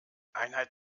einheit